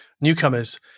newcomers